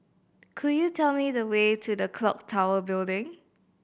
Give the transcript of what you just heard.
could you tell me the way to Clock Tower Building